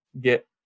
get